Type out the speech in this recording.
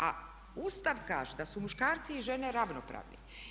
A Ustav kaže da su muškarci i žene ravnopravni.